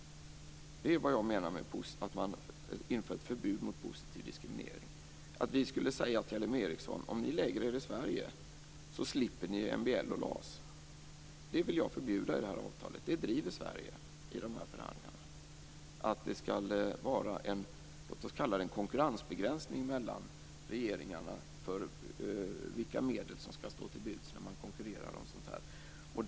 Detta är vad jag menar med att man inför ett förbud mot positiv diskriminering. Det är att vi skulle säga till Ericsson: Om ni lägger er i Sverige slipper ni MBL och LAS. Det vill jag förbjuda i det här avtalet. Den här frågan driver Sverige i förhandlingarna. Vi vill att det skall vara en låt oss kalla det konkurrensbegränsning mellan regeringarna i fråga om vilka medel som skall stå till buds när man konkurrerar om sådant här.